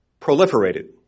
proliferated